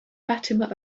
fatima